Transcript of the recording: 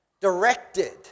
directed